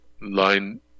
line